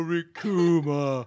Rikuma